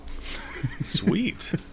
Sweet